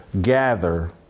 gather